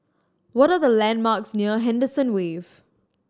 what are the landmarks near Henderson Wave